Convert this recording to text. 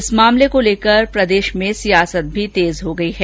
इस मामले को लेकर प्रदेष में सियासत भी तेज हो गयी है